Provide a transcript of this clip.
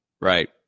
right